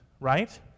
Right